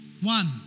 One